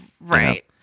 right